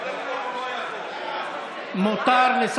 קודם כול, הוא לא יכול.